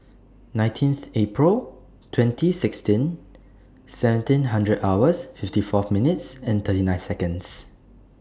nineteenth April twenty sixteen seventeen hundred hours fifty four minutes thirty nine Seconds